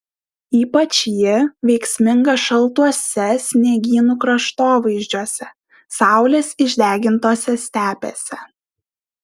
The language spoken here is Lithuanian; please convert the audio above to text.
ypač ji veiksminga šaltuose sniegynų kraštovaizdžiuose saulės išdegintose stepėse